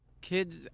kids